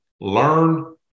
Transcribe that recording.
Learn